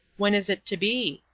when is it to be?